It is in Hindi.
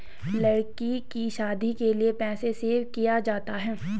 लड़की की शादी के लिए पैसे सेव किया जाता है